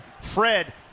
fred